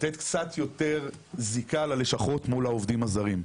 לתת קצת יותר זיקה ללשכות מול העובדים הזרים.